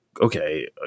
okay